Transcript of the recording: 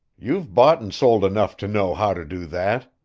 you've bought and sold enough to know how to do that.